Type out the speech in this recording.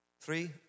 Three